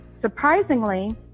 surprisingly